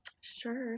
Sure